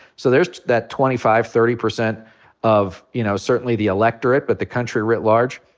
so there's that twenty five, thirty percent of, you know, certainly the electorate but the country writ large,